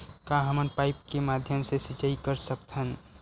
का हमन पाइप के माध्यम से सिंचाई कर सकथन?